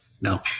No